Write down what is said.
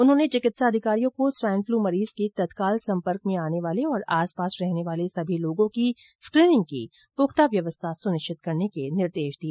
उन्होंने चिकित्सा अधिकारियों को स्वाइन फ्लू मरीज के तत्काल संपर्क में आने वाले और आसपास रहने वाले सभी लोगों की स्क्रीनिंग की पुख्ता व्यवस्था सुनिश्चित करने के निर्देश दिए